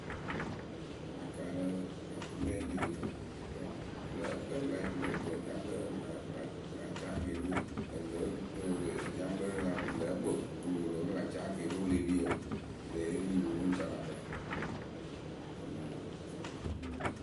wɨ la kaalɨ akʊmɛɛ leh ri wǝ bɔŋ o kǝ o leh la nyɩŋ pɨ lo toŋ ɖiaŋkpɛrǝ pɨ la pɨ la pɨ la caa keeriwǝ we pɨ ya pɨ lǝǝ co ɖiaŋkpɛrǝ la wɨ lǝ́ǝ kpɨ wuluwlu wǝ́ pɨ la caa keeriwe wɨ le pie wǝ ŋlë e ri wɨ wɨ ŋ ca la kpɛ ces bon cava.,